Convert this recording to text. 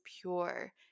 pure